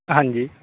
ਹਾਂਜੀ